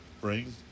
bring